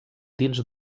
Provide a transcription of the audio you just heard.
dins